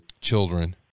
children